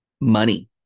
Money